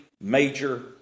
major